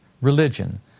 religion